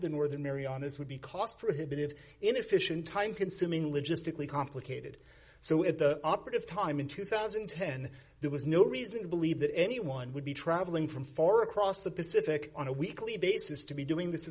the northern marianas would be cost prohibitive inefficient time consuming logistically complicated so at the operative time in two thousand and ten there was no reason to believe that anyone would be travelling from far across the pacific on a weekly basis to be doing this